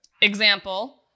Example